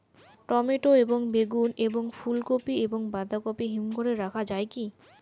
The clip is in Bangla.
টমেটো এবং বেগুন এবং ফুলকপি এবং বাঁধাকপি হিমঘরে রাখা যায় কি?